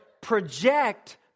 project